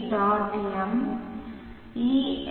m earrdB